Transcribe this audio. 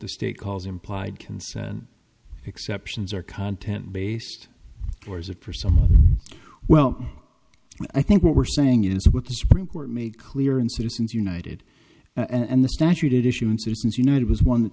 the state calls implied consent exceptions or content based or is it for some other well i think what we're saying is what the supreme court made clear in citizens united and the statute it issue in susan's united was one that